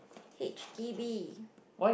h_d_b